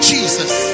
Jesus